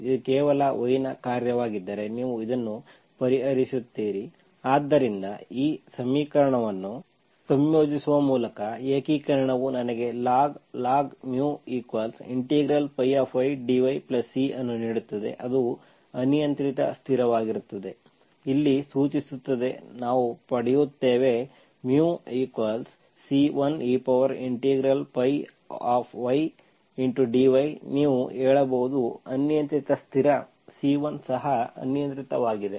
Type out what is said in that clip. ಇದು ಕೇವಲ y ನ ಕಾರ್ಯವಾಗಿದ್ದರೆ ನೀವು ಇದನ್ನು ಪರಿಹರಿಸುತ್ತೀರಿ ಆದ್ದರಿಂದ ಈ ಸಮೀಕರಣವನ್ನು ಸಂಯೋಜಿಸುವ ಮೂಲಕ ಏಕೀಕರಣವು ನನಗೆ log log μy dy C ಅನ್ನು ನೀಡುತ್ತದೆ ಅದು ಅನಿಯಂತ್ರಿತ ಸ್ಥಿರವಾಗಿರುತ್ತದೆ ಇಲ್ಲಿ ಸೂಚಿಸುತ್ತದೆ ನಾವು ಪಡೆಯುತ್ತೇವೆ μC1ey dy ನೀವು ಹೇಳಬಹುದು ಅನಿಯಂತ್ರಿತ ಸ್ಥಿರ C1 ಸಹ ಅನಿಯಂತ್ರಿತವಾಗಿದೆ